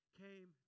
came